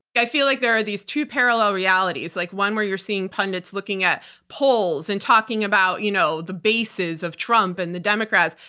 i feel like there are these two parallel realities, like one where you're seeing pundits looking at polls and talking about, you know, the basis of trump and the democrats.